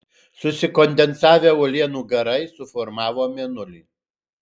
susikondensavę uolienų garai suformavo mėnulį